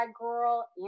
Girl